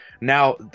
Now